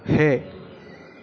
हे